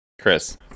Chris